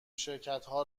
شرکتها